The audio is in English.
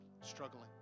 struggling